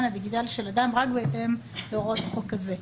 הדיגיטלי של אדם רק בהתאם להוראות החוק הזה,